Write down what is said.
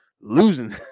losing